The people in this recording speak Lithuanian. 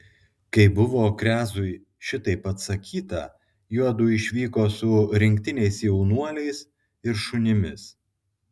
kai buvo krezui šitaip atsakyta juodu išvyko su rinktiniais jaunuoliais ir šunimis